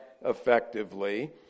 effectively